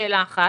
זו שאלה אחת.